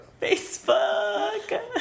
Facebook